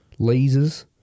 Lasers